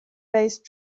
based